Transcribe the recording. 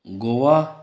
Goa